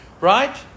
Right